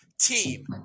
team